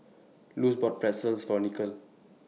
Luz bought Pretzel For Nikhil